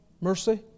mercy